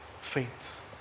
faith